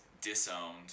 disowned